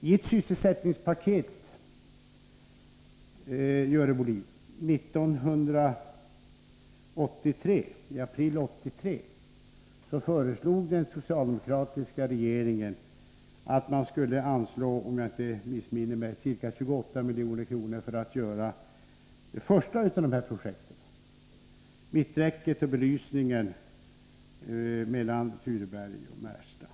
I ett sysselsättningspaket i april 1983 föreslog den socialdemokratiska regeringen, Görel Bohlin, att man skulle anslå, om jag inte missminner mig, ca 28 milj.kr. för att utföra det första av dessa projekt: mitträcket och belysningen mellan Tureberg och Märsta.